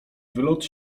wylot